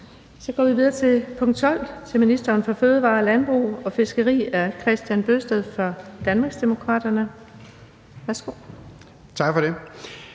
Så går vi videre til spørgsmål nr. 12 til ministeren for fødevarer, landbrug og fiskeri, stillet af Kristian Bøgsted fra Danmarksdemokraterne Kl.